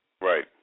Right